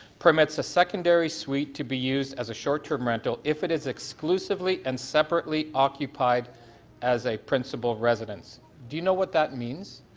permits a secondary suite to be used as a short term rental if it is exclusively and separately occupied as a principal residence, do you know what that means?